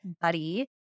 buddy